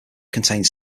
contains